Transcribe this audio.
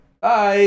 Bye